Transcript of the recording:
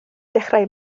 dechrau